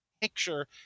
picture